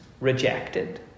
rejected